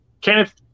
Kenneth –